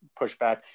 pushback